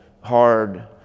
hard